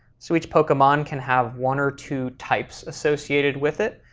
so each pokemon can have one or two types associated with it,